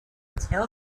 tell